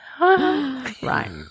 Right